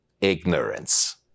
ignorance